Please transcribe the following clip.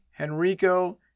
Henrico